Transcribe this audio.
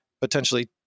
potentially